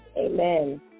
Amen